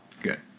good